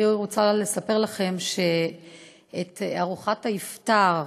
אני רוצה לספר לכם שאת ארוחת ה"איפטר",